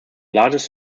largest